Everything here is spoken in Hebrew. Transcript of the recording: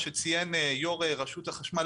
מה שציין יו"ר רשות החשמל,